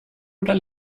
oder